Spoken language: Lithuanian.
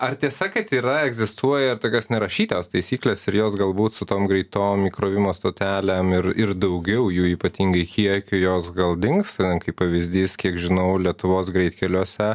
ar tiesa kad yra egzistuoja ir tokios nerašytos taisyklės ir jos galbūt su tom greitom įkrovimo stotelėm ir ir daugiau jų ypatingai kiekiu jos gal dings kaip pavyzdys kiek žinau lietuvos greitkeliuose